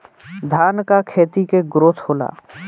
धान का खेती के ग्रोथ होला?